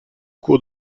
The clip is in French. cours